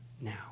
now